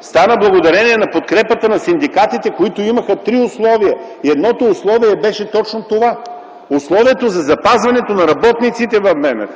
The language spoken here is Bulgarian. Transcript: стана благодарение на подкрепата на синдикатите, които имаха три условия и едното беше точно това – условието за запазване на работниците в БМФ.